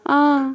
آ